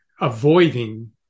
avoiding